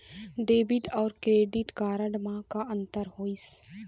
Debit अऊ credit card म का अंतर होइस?